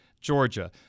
Georgia